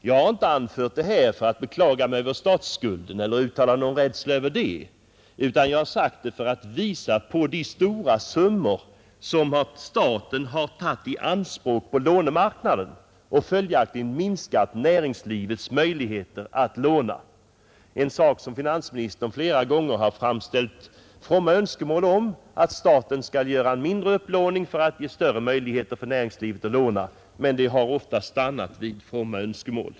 Jag har inte anfört detta för att beklaga mig över statsskulden eller uttalat någon rädsla med anledning av den utan för att visa på de stora summor som staten har tagit i anspråk på lånemarknaden och som följaktligen minskat näringslivets möjligheter att låna. Finansministern har flera gånger framställt fromma önskemål att staten skall göra mindre upplåning för att ge större möjligheter för näringslivet att låna, men det har oftast stannat vid fromma önskemål.